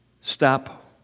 stop